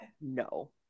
no